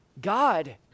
God